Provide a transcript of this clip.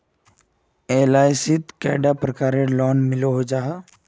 LIC शित कैडा प्रकारेर लोन मिलोहो जाहा?